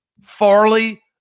Farley